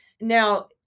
Now